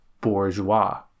bourgeois